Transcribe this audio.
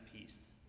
peace